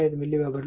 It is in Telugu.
5 మిల్లివెబెర్